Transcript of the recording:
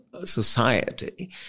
society